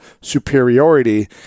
Superiority